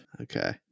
Okay